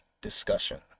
discussion